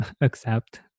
accept